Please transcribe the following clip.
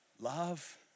love